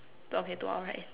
to okay to our right